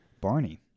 Barney